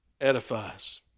edifies